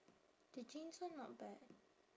the jeans one not bad